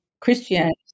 Christianity